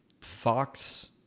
fox